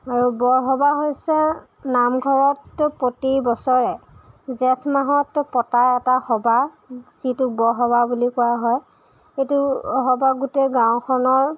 আৰু বৰসবাহ হৈছে নামঘৰত প্ৰতিবছৰে জেঠ মাহত পতা এটা সবাহ যিটোক বৰসবাহ বুলি কোৱা হয় সেইটো সবাহ গোটেই গাওঁখনৰ